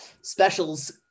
specials